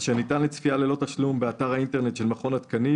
אשר ניתן לצפייה ללא תשלום באתר האינטרנט של מכון התקנים